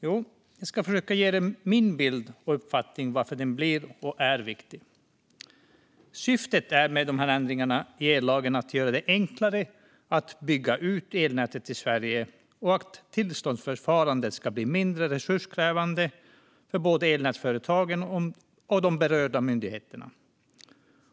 Jo, jag ska försöka ge er min bild och min uppfattning om varför det blir och är viktigt. Syftet med de här ändringarna i ellagen är att göra det enklare att bygga ut elnätet i Sverige och att tillståndsförfarandet ska bli mindre resurskrävande för både elnätsföretagen och de berörda myndigheterna.